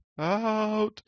out